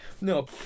No